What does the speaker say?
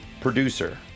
producer